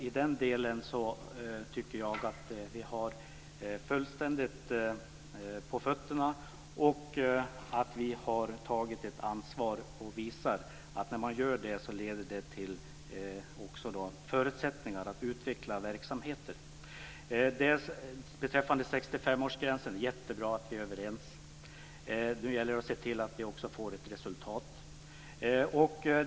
I den delen tycker jag att vi har så att säga ordentligt på fötterna och att vi har tagit ett ansvar och visar att när man gör det leder det också till förutsättningar att utveckla verksamheter. Beträffande 65-årsgränsen är det jättebra att vi är överens. Nu gäller det att se till att vi också får ett resultat.